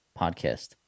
podcast